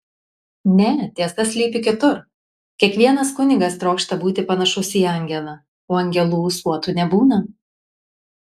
ne tiesa slypi kitur kiekvienas kunigas trokšta būti panašus į angelą o angelų ūsuotų nebūna